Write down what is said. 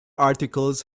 articles